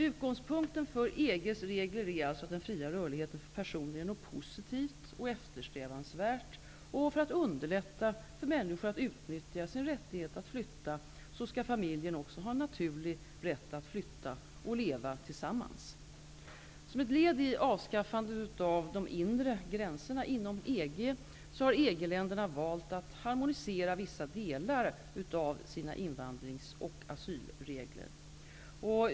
Utgångspunkten för EG:s regler är alltså att den fria rörligheten för personer är något positivt och eftersträvansvärt. För att underlätta för människor att utnyttja sin rättighet att flytta skall familjen också ha en naturlig rätt att flytta och leva tillsammans. Som ett led i avskaffandet av de inre gränserna inom EG har EG-länderna valt att harmonisera vissa delar av sina invandrings och asylregler.